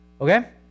okay